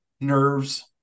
nerves